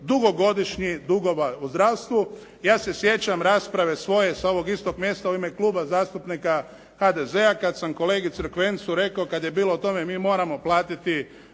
dugogodišnji dugova u zdravstvu. Ja se sjećam rasprave svoje, sa ovog istog mjesta u ime Kluba zastupnika HDZ-a, kada sam kolegi Crkvencu rekao, kada je bilo o tome, mi moramo platiti